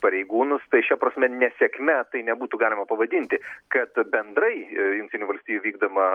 pareigūnus tai šia prasme nesėkme tai nebūtų galima pavadinti kad bendrai jungtinių valstijų vykdoma